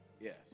Yes